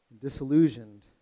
disillusioned